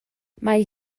mae